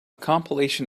compilation